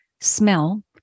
smell